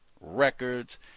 records